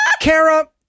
Kara